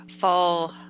fall